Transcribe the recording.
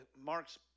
Mark's